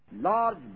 large